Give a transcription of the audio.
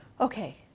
okay